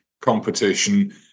competition